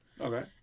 Okay